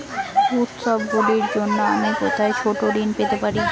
উত্সবগুলির জন্য আমি কোথায় ছোট ঋণ পেতে পারি?